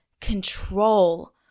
control